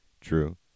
True